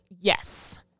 Yes